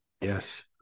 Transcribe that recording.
Yes